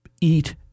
Eat